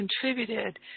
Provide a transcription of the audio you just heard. contributed